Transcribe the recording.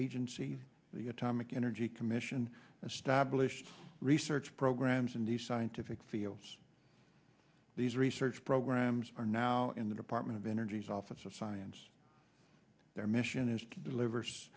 agency the atomic energy commission established research programs in the scientific fields these research programs are now in the department of energy's office of science their mission is to delivers